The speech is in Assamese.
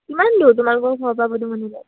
কিমান দূৰ তোমোলোকৰ ঘৰৰ পৰা